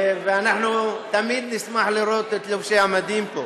אנחנו תמיד נשמח לראות את לובשי המדים פה.